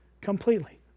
Completely